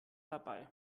dabei